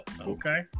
Okay